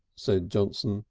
said johnson,